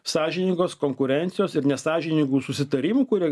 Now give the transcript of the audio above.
sąžiningos konkurencijos ir nesąžiningų susitarimų kurie